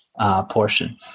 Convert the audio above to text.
portion